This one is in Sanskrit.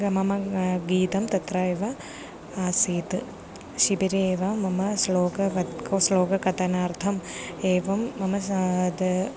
मम गीतं तत्रैव आसीत् शिबिरेव मम श्लोकं वक्तुं श्लोकं कथनार्थम् एवं मम साद्